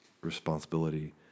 responsibility